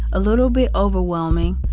a little bit overwhelming.